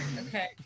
Okay